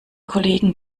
kollegen